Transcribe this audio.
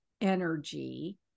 energy